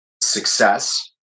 success